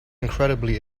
incredibly